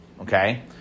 okay